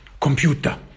computer